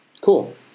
Cool